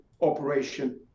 operation